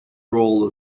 role